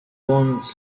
ones